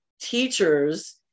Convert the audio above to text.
teachers